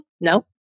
No